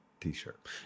t-shirt